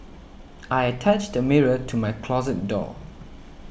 I attached a mirror to my closet door